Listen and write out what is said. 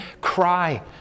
cry